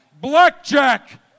Blackjack